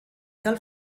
del